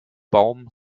baum